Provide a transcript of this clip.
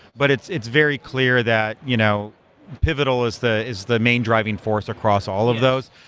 but it's it's very clear that you know pivotal is the is the main driving force across all of those.